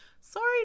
sorry